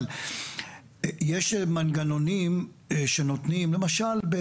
אבל יש מנגנונים שנותנים למשל,